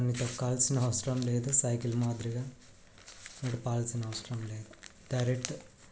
దాన్ని తొక్కాలిసినా అవసరం లేదు సైకిల్ మాదిరిగా నడపాల్సిన అవసరం లేదు డైరెక్ట్